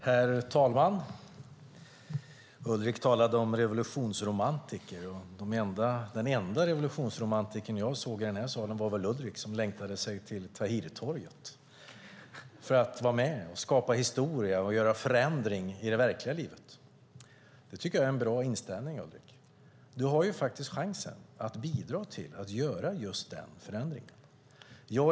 Herr talman! Ulrik talade om revolutionsromantiker. Den enda revolutionsromantiker jag såg i den här salen var Ulrik som längtade till Tahrirtorget för att vara med, skapa historia och göra förändring i det verkliga livet. Jag tycker att det är en bra inställning, Ulrik. Du har faktiskt chansen att bidra till att göra just den förändringen.